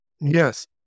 Yes